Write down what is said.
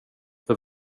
för